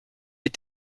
est